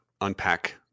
unpack